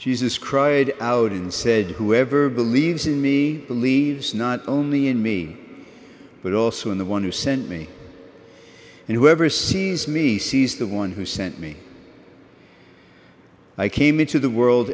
jesus cried out and said whoever believes in me believes not only in me but also in the one who sent me and whoever sees me sees the one who sent me i came into the world